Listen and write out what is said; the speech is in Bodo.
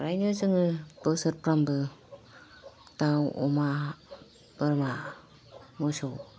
फ्रायनो जोङो बोसोरफ्रोमबो दाव अमा बोरमा मोसौ